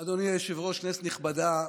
אדוני היושב-ראש, כנסת נכבדה,